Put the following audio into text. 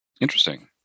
Interesting